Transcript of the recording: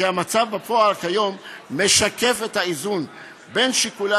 כי המצב בפועל כיום משקף את האיזון בין שיקולי